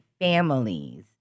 families